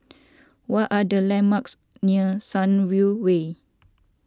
what are the landmarks near Sunview Way